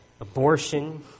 abortion